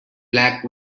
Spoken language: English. black